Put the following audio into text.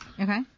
Okay